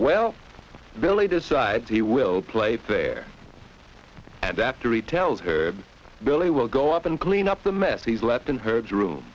well billy decides he will play fair and after retells heard billy will go up and clean up the mess he's left in her room